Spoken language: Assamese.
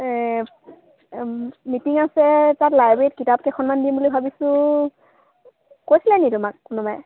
মিটিং আছে তাত লাইব্ৰেৰীত কিতাপকেইখনমান দিম বুলি ভাবিছোঁ কৈছিলে নেকি তোমাক কোনোবাই